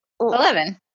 Eleven